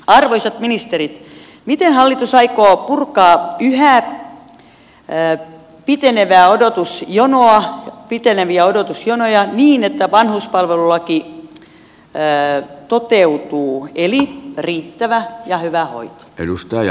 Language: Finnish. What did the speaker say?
arvoisat ministerit miten hallitus aikoo purkaa yhä piteneviä odotusjonoja niin että vanhuspalvelulaki toteutuu eli taata riittävän ja hyvän hoidon